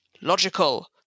logical